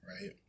right